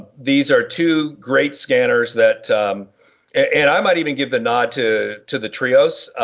these are two great scanners that and i might even give the nod to to the trio's.